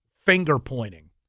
finger-pointing